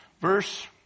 verse